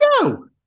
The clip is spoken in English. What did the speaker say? go